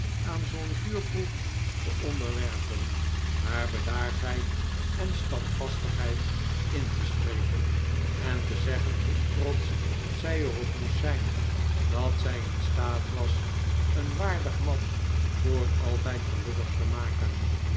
aan zoo'n vuurproef te onderwerpen haar bedaardheid en standvastigheid in te spreken en te zeggen hoe trotsch zij er op moest zijn dat zij in staat was een waardig man voor altijd gelukkig te maken